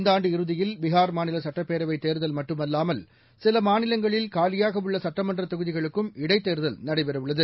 இந்தஆண்டு இறுதியில் பீகார் மாநிலசட்டப்பேரவைதேர்தல் மட்டுமல்லாமல் சிலமாநிலங்களில் காலியாகஉள்ளசட்டமன்றதொகுதிகளுக்கும் இடைத்தேர்தல் நடைபெறவுள்ளது